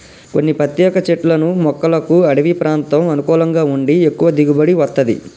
కొన్ని ప్రత్యేక చెట్లను మొక్కలకు అడివి ప్రాంతం అనుకూలంగా ఉండి ఎక్కువ దిగుబడి వత్తది